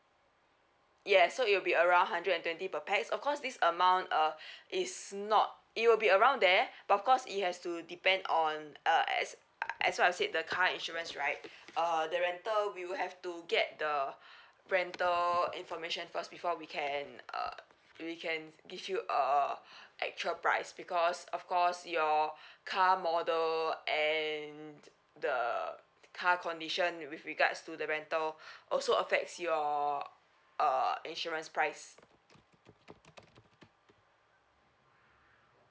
yes so it will be around hundred and twenty per pax of course this amount uh it's not it will be around there but of course it has to depend on uh as as well I've said the car insurance right err the rental we will have to get the rental information first before we can uh we can give you err actual price because of course your car model and the car condition with regards to the rental also affects your err insurance price